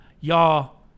Y'all